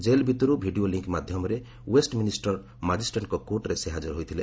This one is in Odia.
ଜେଲ୍ ଭିତରୁ ଭିଡିଓ ଲିଙ୍କ୍ ମାଧ୍ୟମରେ ୱେଷ୍ଟମିନିଷ୍ଟର ମାଜିଷ୍ଟ୍ରେଟ୍ଙ୍କ କୋର୍ଟରେ ସେ ହାଜର ହୋଇଥିଲେ